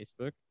Facebook